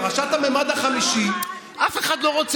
-- גם רמטכ"ל בצה"ל, ועל זה אתה לא מדבר.